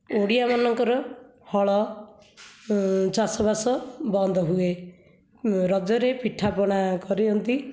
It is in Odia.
ଓଡ଼ିଆ ମାନଙ୍କର ହଳ ଚାଷବାସ ବନ୍ଦ ହୁଏ ରଜରେ ପିଠାପଣା କରି ହୁଅନ୍ତି